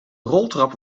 roltrap